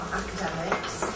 academics